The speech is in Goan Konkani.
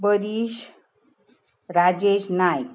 परिश राजेश नायक